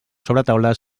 sobretaula